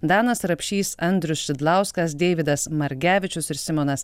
danas rapšys andrius šidlauskas deividas margevičius ir simonas